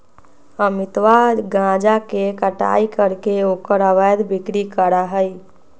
अमितवा गांजा के कटाई करके ओकर अवैध बिक्री करा हई